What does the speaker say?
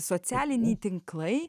socialiniai tinklai